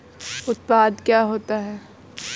उत्पाद क्या होता है?